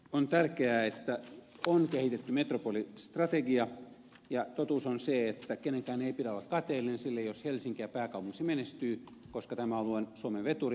on tärkeää että on kehitetty metropolistrategia ja totuus on se että kenenkään ei pidä olla kateellinen sille jos helsinki ja pääkaupunkiseutu menestyy koska tämä alue on suomen veturi